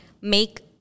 make